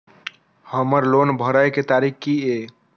हमर लोन भरय के तारीख की ये?